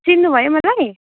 चिन्नुभयो मलाई